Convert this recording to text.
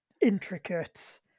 intricate